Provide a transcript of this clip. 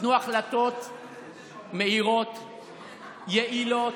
ייתנו החלטות מהירות, יעילות.